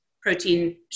protein